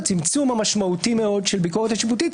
צמצום משמעותי מאוד של ביקורת שיפוטית,